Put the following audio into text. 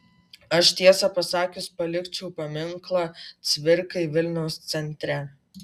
aš tiesą pasakius palikčiau paminklą cvirkai vilniaus centre